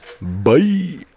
Bye